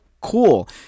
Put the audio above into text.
cool